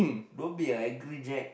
don't be a angry jack